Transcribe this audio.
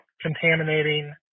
contaminating